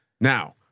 Now